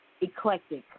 Eclectic